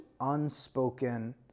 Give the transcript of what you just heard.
unspoken